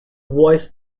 voice